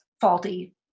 faulty